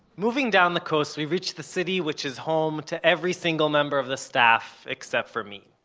moving down the coast, we reached the city which is home to every single member of the staff, except for me.